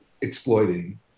exploiting